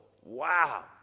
wow